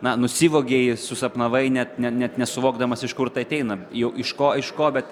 na nusivogei susapnavai net ne net nesuvokdamas iš kur tai ateina jau iš ko iš ko bet